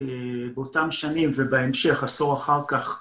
באותם שנים ובהמשך עשור אחר כך